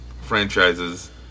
franchises